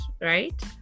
right